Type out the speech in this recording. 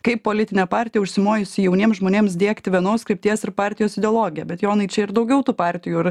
kaip politinė partija užsimojusi jauniems žmonėms diegti vienos krypties ir partijos ideologiją bet jonai čia ir daugiau tų partijų ir